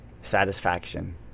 Satisfaction